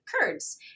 Kurds